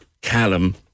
Callum